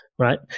Right